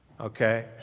Okay